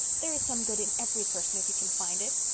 there is some good in every person if you can find it.